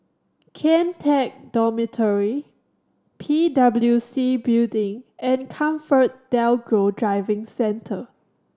Kian Teck Dormitory P W C Building and ComfortDelGro Driving Centre